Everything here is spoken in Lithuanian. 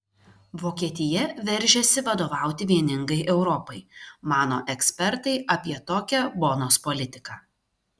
vokietija veržiasi vadovauti vieningai europai mano ekspertai apie tokią bonos politiką